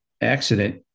accident